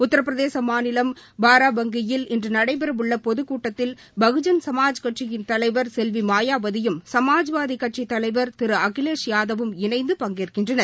உத்திரபிரதேச மாநிலம் பாரபங்கியில் இன்று நடைபெறவுள்ள பொதுக் கூட்டத்தில் பகுஜன் சமாஜ் கட்சியின் தலைவர் செல்வி மாயாவதியும் சமாஜ்வாதி கட்சித் தலைவர் திரு அகிலேஷ் யாதவும் இணைந்து பங்கேற்கின்றனர்